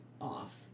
off